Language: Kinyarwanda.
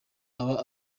aba